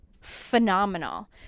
Phenomenal